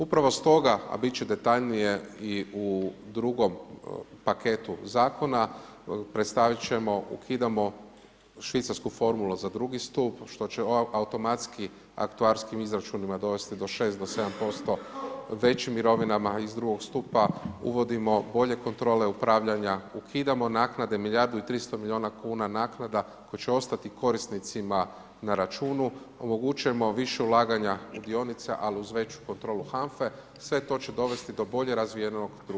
Upravo stoga a bit će detaljnije i u drugom paketu zakona, predstavit ćemo, ukidamo švicarsku formulu za II. stup što će ovo automatski aktuarskim izračunima dovesti do 6%, do 7% većim mirovinama, iz II. stupa uvodimo bolje kontrole upravljanja, ukidamo naknade milijardu i 300 milijuna kuna naknada koje će ostati korisnicima na računu, omogućujemo više ulaganja u dionica ali uz veću kontrolu HANFA-e, sve to će dovesti do bolje razvijenog II. stupa.